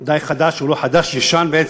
והוא די חדש, הוא לא חדש, הוא ישן בעצם,